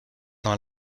dans